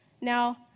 Now